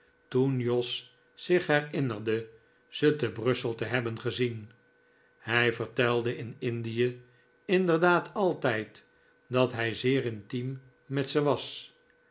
toen jos zich herinnerde ze te brussel te hebben gezien hij vertelde in indie inderdaad altijd dat hij zeer intiem met ze was